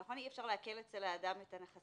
נכון, אי אפשר לעקל אולי נכסים,